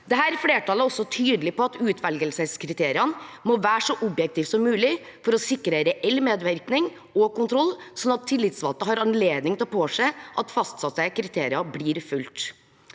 Dette flertallet er også tydelig på at utvelgelseskriteriene må være så objektive som mulig for å sikre reell medvirkning og kontroll, sånn at tillitsvalgte har anledning til å påse at fastsatte kriterier blir fulgt.